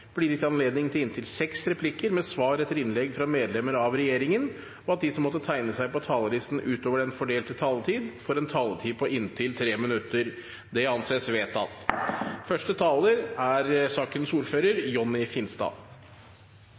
gitt anledning til inntil seks replikker med svar etter innlegg fra medlemmer av regjeringen, og at de som måtte tegne seg på talerlisten utover den fordelte taletid, får en taletid på inntil 3 minutter. – Det anses vedtatt.